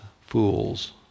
fools